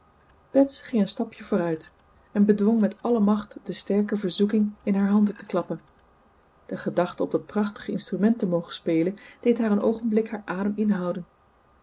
bets ging een stapje vooruit en bedwong met alle macht de sterke verzoeking in haar handen te klappen de gedachte op dat prachtig instrument te mogen spelen deed haar een oogenblik haar adem inhouden